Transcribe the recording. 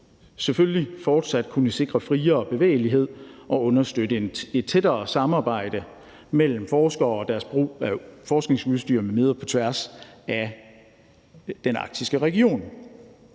selvfølgelig fortsat kunne sikre friere bevægelighed og understøtte et tættere samarbejde mellem forskere og deres brug af forskningsudstyr m.m. på tværs af den arktiske region.